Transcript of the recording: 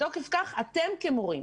מתוקף כך, המורים,